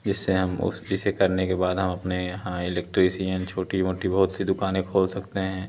इससे हम ओसट्री से करने के बाद हम अपने यहाँ इलेक्ट्रिसियन छोटी मोटी बहुत सी दुकानें खोल सकते हैं